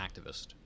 activist